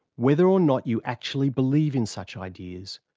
whether or not you actually believe in such ideas,